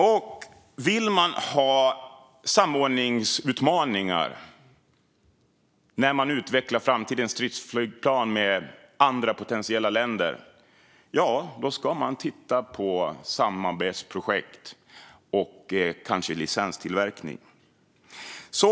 Och om man vill ha samordningsutmaningar när man potentiellt utvecklar framtidens stridsflygplan med andra länder ska man titta på samarbetsprojekt och kanske licenstillverkning.